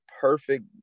perfect –